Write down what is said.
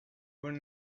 were